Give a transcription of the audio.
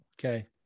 okay